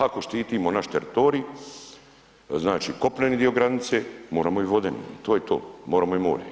Ako štitimo naš teritorij, znači kopneni dio granice, moramo i vodene, to je to, moramo i more.